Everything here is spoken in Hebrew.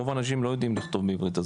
רוב האנשים לא יודעים לכתוב בעברית,